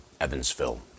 Evansville